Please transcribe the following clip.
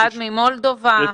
אחד ממולדובה,